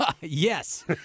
Yes